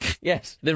Yes